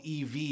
EV